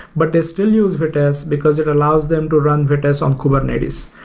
but they still use vitess because it allows them to run vitess on kubernetes.